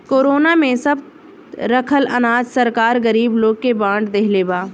corona में सब रखल अनाज सरकार गरीब लोग के बाट देहले बा